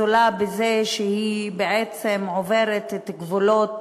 זולה בזה שהיא בעצם עוברת את גבולות